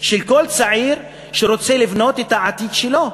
של כל צעיר שרוצה לבנות את העתיד שלו,